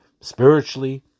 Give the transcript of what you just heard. spiritually